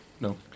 No